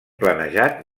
planejat